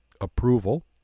approval